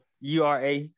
ura